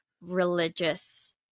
religious